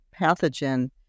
pathogen